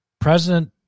President